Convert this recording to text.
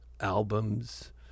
albums